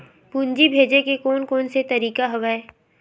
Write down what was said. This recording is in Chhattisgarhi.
पूंजी भेजे के कोन कोन से तरीका हवय?